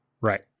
right